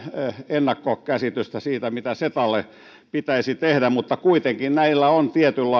ennakkokäsitystä siitä mitä cetalle pitäisi tehdä mutta kuitenkin näillä on tietynlainen henkinen